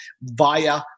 via